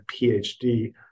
PhD